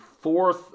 fourth